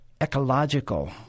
ecological